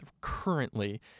currently